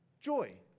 joy